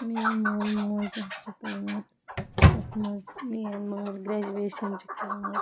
میٲنۍ مول موج حظ چھِ پوٚرمُت یَتھ منٛز میٛٲنۍ مٲلۍ گریجویشَن چھِ کٔرمٕژ